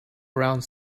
around